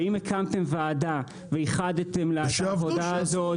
ואם הקמתם ועדה וייחדתם לה את העבודה הזאת,